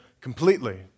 completely